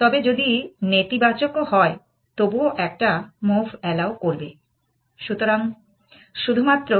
তবে যদি নেতিবাচকও হয় তবুও একটা মুভ অ্যালাউ করবে শুধুমাত্র